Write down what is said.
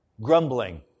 grumbling